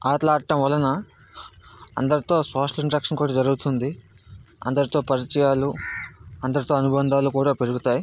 ఆటలు ఆడటం వలన అందరితో సోషల్ ఇంటరాక్షన్ కూడా జరుగుతుంది అందరితో పరిచయాలు అందరితో అనుబంధాలు కూడా పెరుగుతాయి